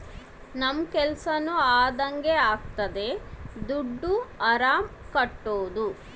ನಮ್ ಕೆಲ್ಸನೂ ಅದಂಗೆ ಆಗ್ತದೆ ದುಡ್ಡು ಆರಾಮ್ ಕಟ್ಬೋದೂ